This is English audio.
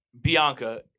Bianca